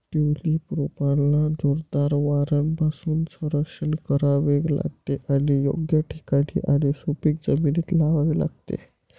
tulip रोपांना जोरदार वाऱ्यापासून संरक्षण करावे लागते आणि योग्य ठिकाणी आणि सुपीक जमिनीत लावावे लागते